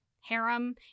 harem